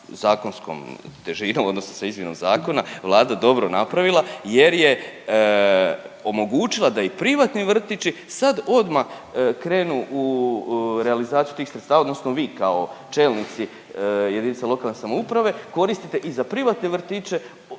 zakonskom težinom, odnosno sa izmjenom zakona Vlada dobro napravila jer je omogućila da i privatni vrtići sad odmah krenu u realizaciju tih sredstava, odnosno vi kao čelnici jedinice lokalne samouprave koristite i za privatne vrtiće